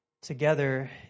together